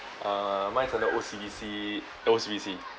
uh mine's under O_C_D_C O_C_B_C